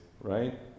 right